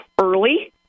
early